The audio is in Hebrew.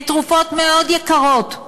הן תרופות מאוד יקרות,